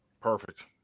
Perfect